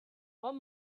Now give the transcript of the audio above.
what